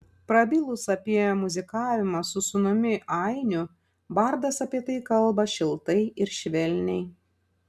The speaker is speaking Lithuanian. prabilus apie muzikavimą su sūnumi ainiu bardas apie tai kalba šiltai ir švelniai